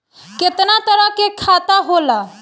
केतना तरह के खाता होला?